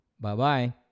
Bye-bye